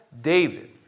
David